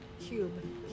cube